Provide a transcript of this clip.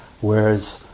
Whereas